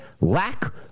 lack